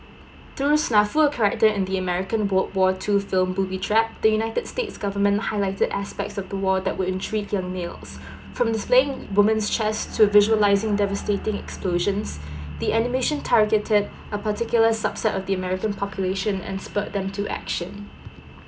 through snafu character in the American world war two film Booby Trap the united states government highlighted aspects of the war that will intrigue young males from displaying w~ woman's chest to visualizing devastating explosions the animation targeted a particular subset of the American population and spurred them to action